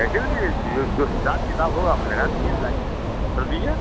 कैसे नहीं मिलेगी जो जो हिसाब किताब होगा हम लगा देंगे लाईए तो दीजिए